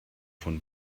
von